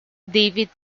david